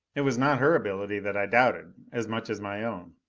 it was not her ability that i doubted, as much as my own.